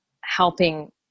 helping